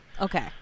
Okay